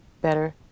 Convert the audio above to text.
better